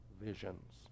visions